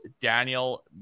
Daniel